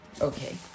okay